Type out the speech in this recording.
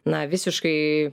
na visiškai